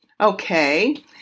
Okay